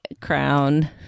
crown